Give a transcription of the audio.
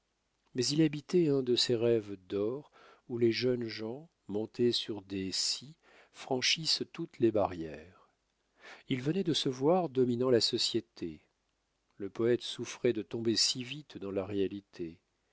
mais il habitait un de ces rêves d'or où les jeunes gens montés sur des si franchissent toutes les barrières il venait de se voir dominant la société le poète souffrait de tomber si vite dans la réalité